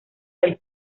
del